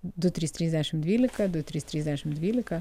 du trys trys dešimt dvylika du trys trys dešimt dvylika